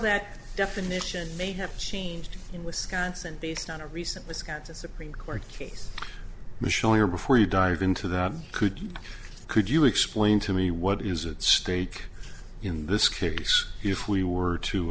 that definition may have changed in wisconsin based on a recent wisconsin supreme court case showing before you dive into that could you could you explain to me what is at stake in this case if we were to